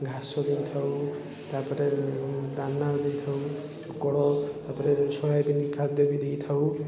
ଘାସ ଦେଇଥାଉ ତା'ପରେ ଦାନା ଦେଇଥାଉ ଚୋକଡ଼ ତା'ପରେ ସୋୟାବିନ୍ ଖାଦ୍ୟ ବି ଦେଇଥାଉ